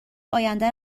آینده